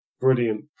brilliant